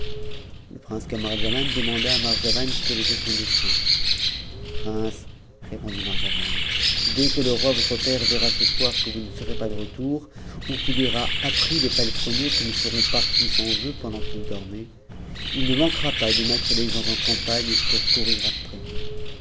le prince camaralzaman demanda à marzavan quel était son dessein prince répondit marzavan dès que le roi votre père verra ce soir que vous ne serez pas de retour ou qu'il aura appris des palefreniers que nous serons partis sans eux pendant qu'ils dormaient il ne manquera pas de mettre des gens en campagne pour courir après nous